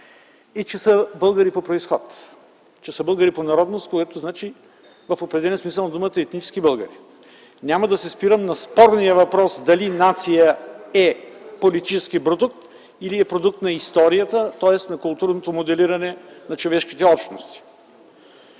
е, че са българи по произход, българи по народност, което значи в определения смисъл на думата етнически българи. Няма да се спирам на спорния въпрос дали „нация” е политически продукт, или е продукт на историята, тоест на културното моделиране на човешките общности.